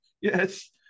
Yes